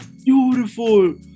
beautiful